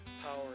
power